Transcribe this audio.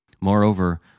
Moreover